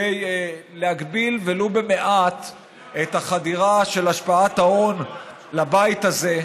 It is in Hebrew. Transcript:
כדי להגביל ולו במעט את החדירה של השפעת ההון לבית הזה,